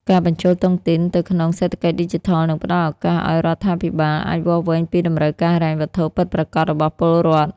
ការបញ្ចូលតុងទីនទៅក្នុង "សេដ្ឋកិច្ចឌីជីថល" នឹងផ្ដល់ឱកាសឱ្យរដ្ឋាភិបាលអាចវាស់វែងពីតម្រូវការហិរញ្ញវត្ថុពិតប្រាកដរបស់ពលរដ្ឋ។